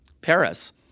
Paris